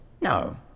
No